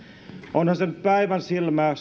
onhan se nyt päivänselvää